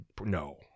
No